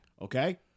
Okay